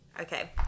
Okay